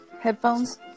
headphones